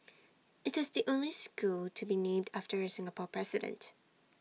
IT is the only school to be named after A Singapore president